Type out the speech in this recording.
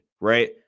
right